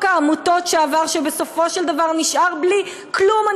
חוק העמותות שעבר, בסופו של דבר נשאר בלי כלום.